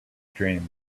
dream